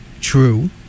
true